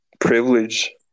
privilege